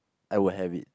I will have it